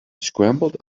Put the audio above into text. scrambled